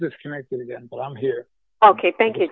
disconnected again but i'm here ok thank you